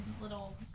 little